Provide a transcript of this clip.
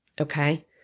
Okay